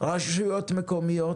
רשויות מקומיות